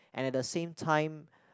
and at the same time